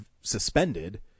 suspended